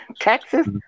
Texas